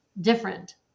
different